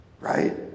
right